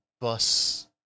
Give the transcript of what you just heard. bus